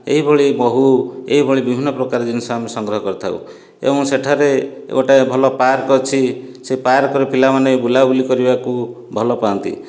ଏହିଭଳି ମହୁ ଏହିଭଳି ବିଭିନ୍ନ ପ୍ରକାର ଜିନିଷ ଆମେ ସଂଗ୍ରହ କରିଥାଉ ଏବଂ ସେଠାରେ ଗୋଟେ ଭଲ ପାର୍କ ଅଛି ସେ ପାର୍କରେ ପିଲାମାନେ ବୁଲାବୁଲି କରିବାକୁ ଭଲ ପାଆନ୍ତି